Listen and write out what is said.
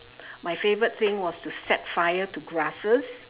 my favourite thing was to set fire to grasses